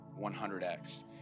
100X